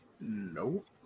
Nope